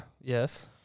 Yes